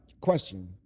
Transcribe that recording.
question